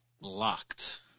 locked